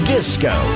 Disco